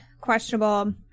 Questionable